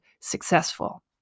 successful